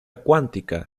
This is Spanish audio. cuántica